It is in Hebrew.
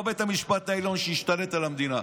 לא בית המשפט העליון שהשתלט על המדינה.